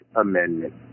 Amendment